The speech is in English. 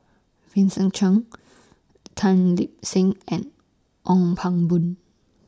Vincent Cheng Tan Lip Seng and Ong Pang Boon